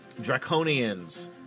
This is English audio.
Draconians